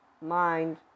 mind